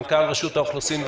מנכ"ל רשות האוכלוסין וההגירה.